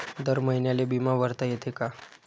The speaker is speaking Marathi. दर महिन्याले बिमा भरता येते का?